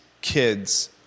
kids